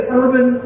urban